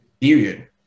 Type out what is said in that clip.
period